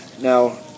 Now